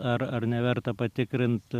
ar ar neverta patikrint